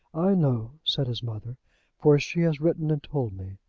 i know, said his mother for she has written and told me.